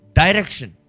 direction